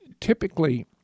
typically